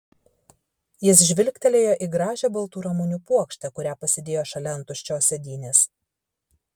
jis žvilgtelėjo į gražią baltų ramunių puokštę kurią pasidėjo šalia ant tuščios sėdynės